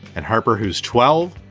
and harper, who's twelve.